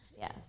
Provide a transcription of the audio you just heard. yes